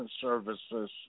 services